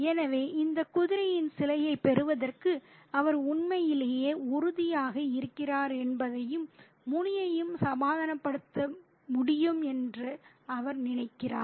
எனவே இந்த குதிரையின் சிலையைப் பெறுவதற்கு அவர் உண்மையிலேயே உறுதியாக இருக்கிறார் என்பதையும் முனியையும் சமாதானப்படுத்த முடியும் என்று அவர் நினைக்கிறார்